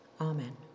Amen